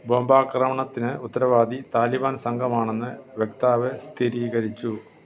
ബോംബാക്രമണത്തിന് ഉത്തരവാദി താലിബാൻ സംഘമാണെന്ന് വക്താവ് സ്ഥിരീകരിച്ചു